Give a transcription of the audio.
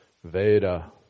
Veda